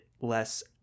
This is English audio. less